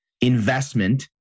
investment